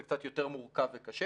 זה קצת יותר מורכב וקשה